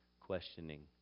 questioning